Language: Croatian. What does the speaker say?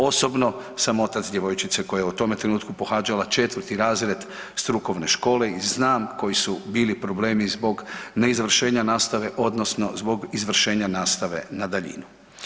Osobno sam otac djevojčice koja je u tome trenutku pohađala 4 razred strukovne škole i znam koji su bili problemi zbog neizvršenja nastave, odnosno zbog izvršenja nastave na daljinu.